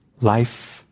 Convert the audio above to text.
life